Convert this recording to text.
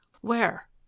Where